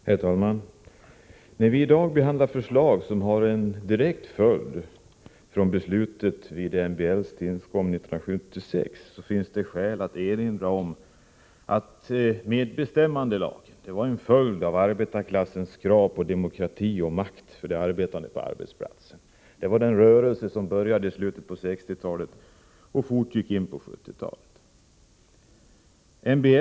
Herr talman! När vi i dag behandlar förslag som är en direkt följd av beslutet om MBL:s tillkomst 1976 finns det skäl att erinra om att medbestämmandelagen var en följd av arbetarklassens krav på demokrati och makt för 15 de arbetande på arbetsplatserna. Det var en rörelse som började i slutet av 1960-talet och fortgick in på 1970-talet.